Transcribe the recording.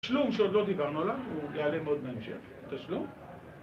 תשלום שעוד לא דיברנו עליו, הוא יעלה בעוד, בהמשך, התשלום